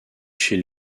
chez